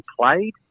played